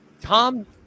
Tom